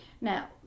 Now